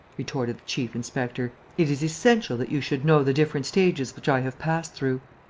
retorted the chief-inspector, it is essential that you should know the different stages which i have passed through.